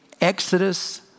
Exodus